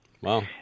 Wow